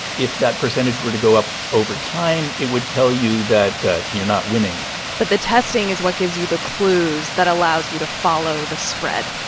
if that percentage were to go up over time, it would tell you that you're not winning but the testing is what gives you the clues that allows you to follow the spread.